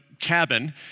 cabin